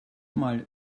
mal